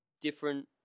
different